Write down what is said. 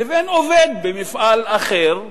לבין עובד במפעל אחר,